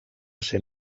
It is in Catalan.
ser